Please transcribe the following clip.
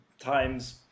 times